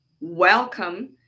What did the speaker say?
welcome